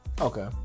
Okay